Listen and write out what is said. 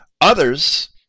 Others